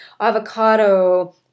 avocado